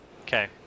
okay